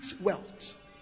wealth